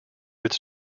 its